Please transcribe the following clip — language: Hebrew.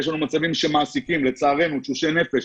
יש לנו מצבים שמעסיקים, לצערנו, תשושי נפש.